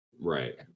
Right